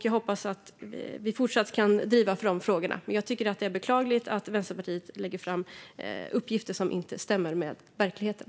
Jag hoppas att vi fortsatt kan driva dessa frågor, men jag tycker att det är beklagligt att Vänsterpartiet lägger fram uppgifter som inte stämmer med verkligheten.